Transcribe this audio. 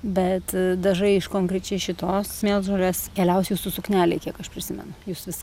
bet dažai iš konkrečiai šitos mėlžolės keliaus jūsų suknelei kiek aš prisimenu jūs vis